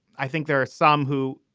i think there are some who,